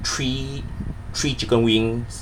three three chicken wings